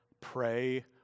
Pray